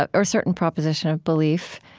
ah or certain proposition of belief.